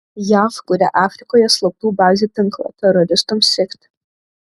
jav kuria afrikoje slaptų bazių tinklą teroristams sekti